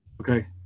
Okay